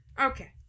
Okay